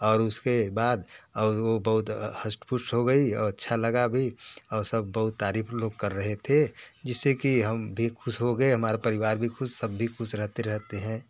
और उसके बाद और वो बहुत हष्ट पुष्ट हो गई और अच्छा लगा भी और सब बहुत तारीफ़ लोग कर रहे थे जिससे कि हम भी ख़ुश हो गए हमारेा परिवार भी ख़ुश सब भी ख़ुश रहते रहते हैं